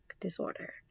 disorder